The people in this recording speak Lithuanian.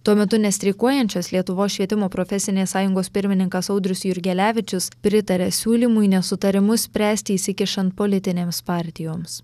tuo metu nestreikuojančios lietuvos švietimo profesinės sąjungos pirmininkas audrius jurgelevičius pritaria siūlymui nesutarimus spręsti įsikišant politinėms partijoms